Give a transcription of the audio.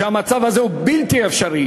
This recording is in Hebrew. שהמצב הזה הוא בלתי אפשרי.